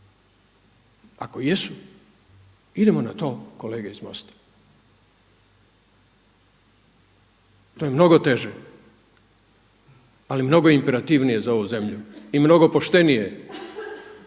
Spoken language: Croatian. Ako jesu idemo na to kolege iz MOST-a. To je mnogo teže, ali mnogo imperativnije za ovu zemlju i mnogo poštenije